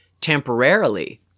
temporarily